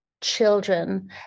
children